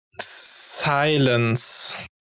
Silence